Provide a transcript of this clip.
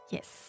Yes